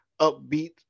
upbeat